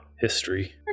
History